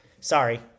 sorry